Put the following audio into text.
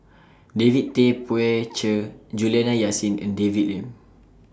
David Tay Poey Cher Juliana Yasin and David Lim